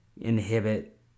inhibit